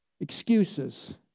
Excuses